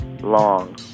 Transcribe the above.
long